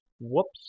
Whoops